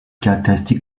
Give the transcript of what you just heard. caractéristique